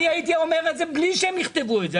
אני הייתי אומר את זה בלי שהם יכתבו את זה,